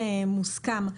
ומוסכם.